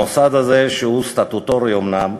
המוסד הזה, שהוא סטטוטורי אומנם,